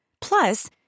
Plus